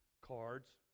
cards